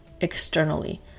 externally